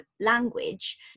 language